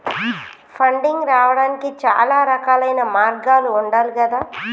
funding రావడానికి చాలా రకాలైన మార్గాలు ఉండాలి గదా